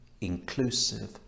inclusive